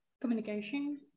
communication